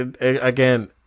Again